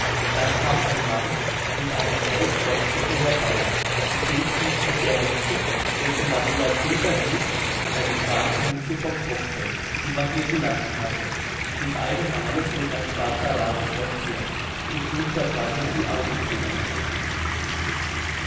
da kam ein mann mit einem kreuzdornstocke herbei mit dem stieß er der hexe welche maria krüger hieß eine schwarze mütze vom kopfe die man ihr gelassen hatte mit einem male flog ein schwarzer rabe von ihr und nun verbrannte sie augenblicklich